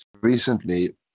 recently